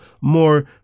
more